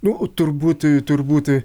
nu turbūt turbūt